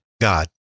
God